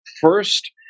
first